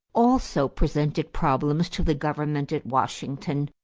also presented problems to the government at washington.